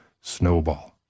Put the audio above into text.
snowball